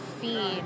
feed